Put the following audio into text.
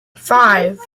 five